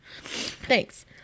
thanks